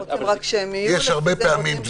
יש הרבה פעמים ש --- הרבה פעמים,